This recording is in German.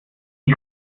die